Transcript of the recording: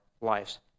lives